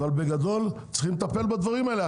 אבל בגדול צריכים לטפל בדברים האלה,